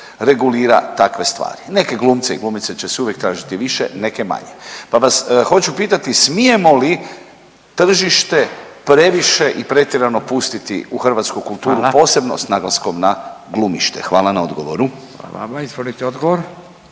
regulira takve stvari, neke glumce i glumice će se uvijek tražiti više, neke manje. Pa vas hoću pitati smijemo li tržište previše i pretjerano pustiti u hrvatsku kulturu…/Upadica Radin: Hvala/…posebno s naglaskom na glumište? Hvala na odgovoru. **Radin, Furio